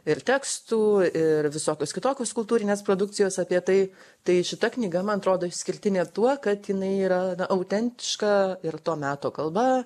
ir tekstų ir visokios kitokios kultūrinės produkcijos apie tai tai šita knyga man atrodo išskirtinė tuo kad jinai yra autentiška ir to meto kalba